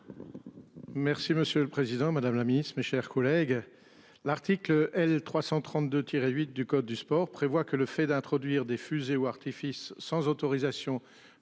Merci, monsieur le Président Madame la Ministre, mes chers collègues. L'article L. 332 tiré 8 du code du sport prévoit que le fait d'introduire des fusées ou artifices sans autorisation